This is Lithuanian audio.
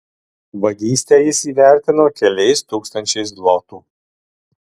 vagystę jis įvertino keliais tūkstančiais zlotų